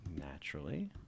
Naturally